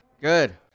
Good